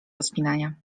rozpinania